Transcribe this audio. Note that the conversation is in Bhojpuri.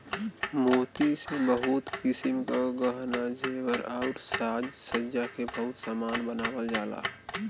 मोती से बहुत किसिम क गहना जेवर आउर साज सज्जा के बहुत सामान बनावल जाला